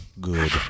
Good